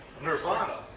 nirvana